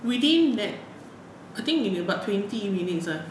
within that I think about twenty minutes ah